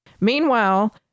Meanwhile